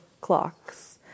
clocks